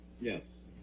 yes